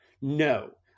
no